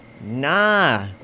nah